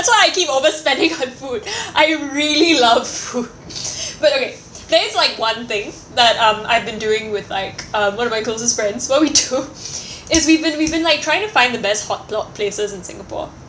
so I keep overspending on food I really love food but okay there is like one thing that um I've been doing with like uh one of my closest friends what we do is we've been we've been like trying to find the best hotpot places in singapore